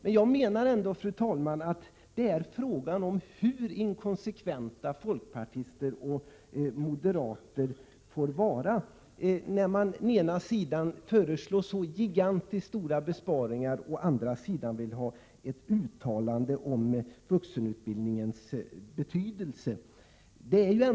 Frågan är ändå, fru talman, hur inkonsekventa folkpartister och moderater får vara, när man å ena sidan föreslår gigantiskt stora besparingar och å andra sidan vill ha ett uttalande om vuxenutbildningens betydelse.